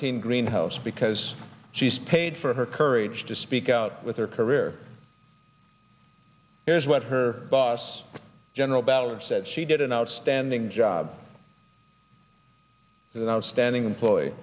team green house because she's paid for her courage to speak out with her career here's what her boss general ballard said she did an outstanding job as an outstanding employ